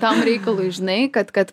tam reikalui žinai kad kad